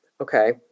okay